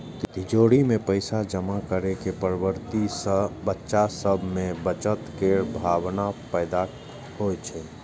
तिजौरी मे पैसा जमा करै के प्रवृत्ति सं बच्चा सभ मे बचत केर भावना पैदा होइ छै